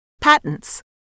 Patents